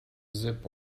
zip